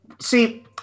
see